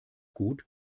gut